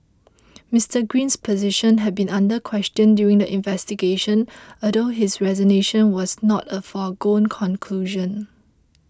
Mister Green's position had been under question during the investigation although his resignation was not a foregone conclusion